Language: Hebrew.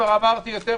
לא יידרש